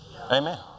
Amen